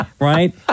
right